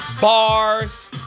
bars